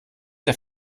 der